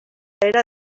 era